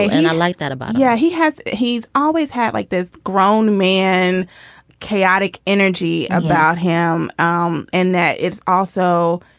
and i like that about yeah he has he's always had like this grown man chaotic energy about him um and that it's also